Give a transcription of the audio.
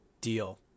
Deal